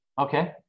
Okay